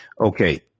Okay